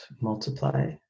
Multiply